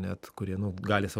net kurie nu gali sau